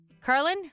Carlin